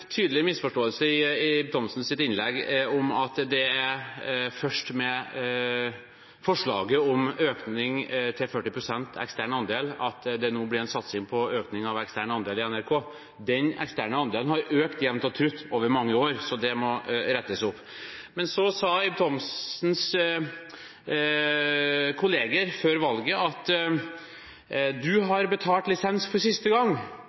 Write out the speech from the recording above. tydelig misforståelse i Ib Thomsens innlegg om at det er først med forslaget om å øke ekstern andel til 40 pst. at det blir en satsing på dette for NRK. Den eksterne andelen har økt jevnt og trutt over mange år, så det må rettes opp. Ib Thomsens kolleger sa før valget: Du har betalt lisens for siste gang.